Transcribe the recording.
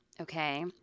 okay